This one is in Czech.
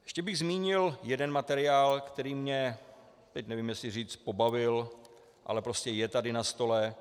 Ještě bych zmínil jeden materiál, který mě, teď nevím, jestli říct pobavil, ale prostě je tady na stole.